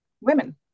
women